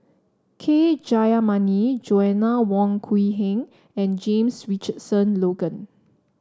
K Jayamani Joanna Wong Quee Heng and James Richardson Logan